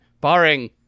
barring